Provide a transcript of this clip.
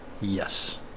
Yes